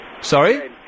Sorry